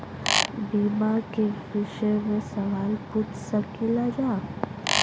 बीमा के विषय मे सवाल पूछ सकीलाजा?